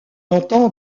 entend